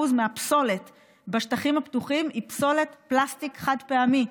מהפסולת בשטחים הפתוחים היא פסולת פלסטיק חד-פעמי.